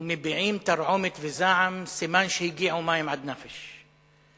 ומביעים תרעומת וזעם, סימן שהגיעו מים עד נפש.